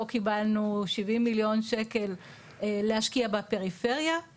קיבלנו 70 מיליון שקלים להשקיע בפריפריה,